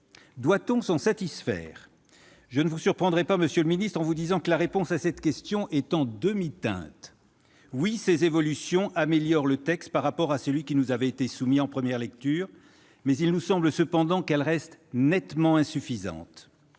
Doit-on s'en satisfaire ? Je ne vous surprendrai pas, monsieur le ministre, en vous disant que la réponse à cette question est en demi-teinte. Oui, ces évolutions améliorent le texte par rapport à la version qui nous avait été soumise en première lecture. Mais elles restent, à nos yeux, nettement insuffisantes.